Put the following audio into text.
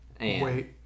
Wait